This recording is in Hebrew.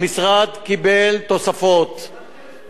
המשרד קיבל תוספות,